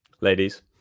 Ladies